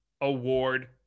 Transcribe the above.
award